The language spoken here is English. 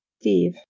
Steve